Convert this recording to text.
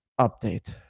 update